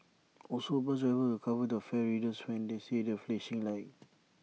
also bus drivers will cover the fare readers when they see that flashing light